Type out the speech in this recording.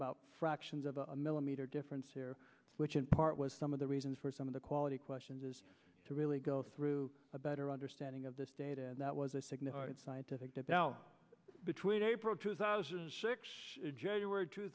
about fractions of a millimeter difference here which in part was some of the reasons for some of the quality questions is to really go through a better understanding of this data and that was a significant scientific debate between april two thousand and six january two